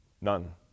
None